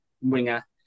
winger